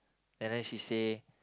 and then she say